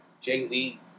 Jay-Z